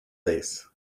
face